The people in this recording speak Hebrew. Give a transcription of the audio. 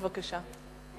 בבקשה.